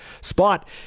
spot